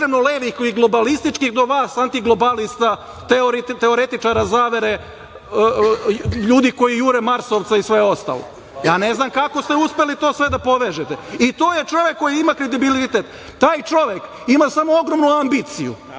ekstremnog levi kao globalističkih do vas anti globalista, teoretičara zavere, ljudi koji jure marsovce i sve ostalo. Ne znam kako ste uspeli to sve da povežete i to je čovek koji ima kredibilitet. Taj čovek ima samo ogromnu ambiciju